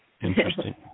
Interesting